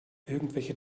irgendwelche